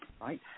right